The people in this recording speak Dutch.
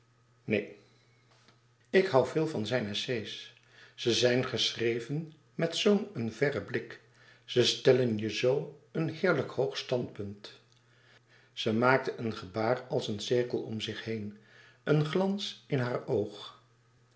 neen ik hoû veel van zijn essays zij zijn geschreven met zoo een verren blik ze stellen je op zoo een heerlijk hoog standpunt ze maakte een gebaar als een cirkel om zich heen een glans in haar oog